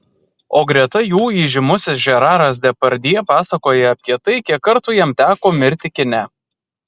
o greta jų įžymusis žeraras depardjė pasakoja apie tai kiek kartų jam teko mirti kine